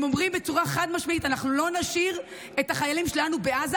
הם אומרים בצורה חד-משמעית: אנחנו לא נשאיר את החיילים שלנו בעזה